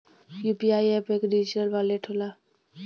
UPI app एक digital wallet होला